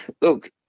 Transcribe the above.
Look